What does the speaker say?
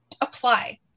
Apply